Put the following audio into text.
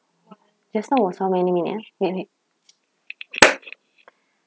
just now was how many minute ah wait wait